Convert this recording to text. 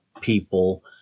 people